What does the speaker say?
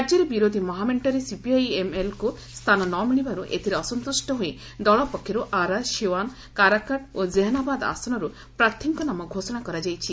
ରାଜ୍ୟରେ ବିରୋଧୀ ମହାମେଣ୍ଟରେ ସିପିଆଇଏମ୍ଏଲ୍କୁ ସ୍ଥାନ ନ ମିଳିବାର୍ତ୍ର ଏଥିରେ ଅସନ୍ତ୍ରଷ୍ଟ ହୋଇ ଦଳପକ୍ଷର୍ ଆରା ସିଓ୍ବାନ୍ କାରାକଟ୍ ଓ ଜେହେନାବାଦ୍ ଆସନରୁ ପ୍ରାର୍ଥୀଙ୍କ ନାମ ଘୋଷଣା କରାଯାଇଛି